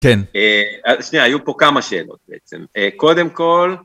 כן... שנייה, היו פה כמה שאלות בעצם. קודם כל...